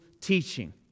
teaching